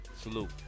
Salute